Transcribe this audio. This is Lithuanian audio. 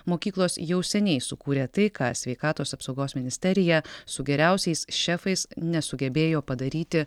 mokyklos jau seniai sukūrė tai ką sveikatos apsaugos ministerija su geriausiais šefais nesugebėjo padaryti